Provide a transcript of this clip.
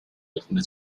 alcune